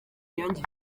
yangiriye